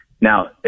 Now